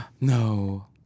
No